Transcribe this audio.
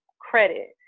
credit